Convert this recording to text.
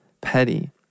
petty